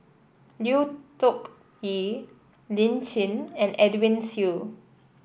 Lui Tuck Yew Lin Chen and Edwin Siew